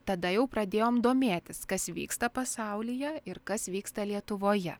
tada jau pradėjom domėtis kas vyksta pasaulyje ir kas vyksta lietuvoje